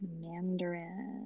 Mandarin